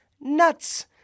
nuts